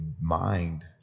mind